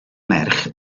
merch